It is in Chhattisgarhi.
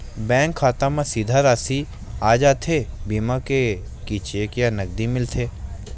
बैंक खाता मा सीधा राशि आ जाथे बीमा के कि चेक या नकदी मिलथे?